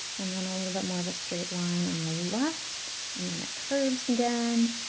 and then a little bit more of a straight line on the left. and then it curves again.